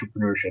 entrepreneurship